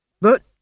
But